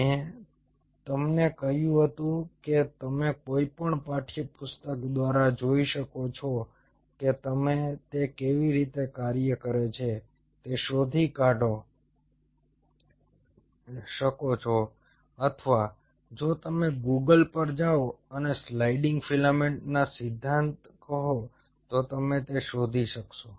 મેં તમને કહ્યું હતું કે તમે કોઈપણ પાઠ્યપુસ્તક દ્વારા જોઈ શકો છો કે તમે તે કેવી રીતે કાર્ય કરે છે તે શોધી શકો છો અથવા જો તમે ગૂગલ પર જાઓ અને સ્લાઇડિંગ ફિલામેન્ટ સિદ્ધાંત કહો તો તમે તે શોધી શકશો